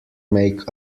make